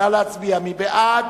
מי בעד?